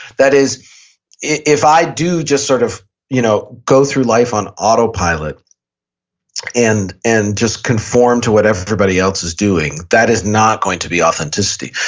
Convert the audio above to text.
that is if i do just sort of you know go through life on autopilot and and just conform to whatever everybody else is doing, that is not going to be authenticity.